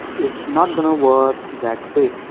it not gonna work that way.